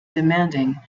demanding